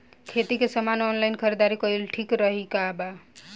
खेती के समान के ऑनलाइन खरीदारी कइल ठीक बा का?